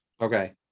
Okay